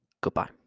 Goodbye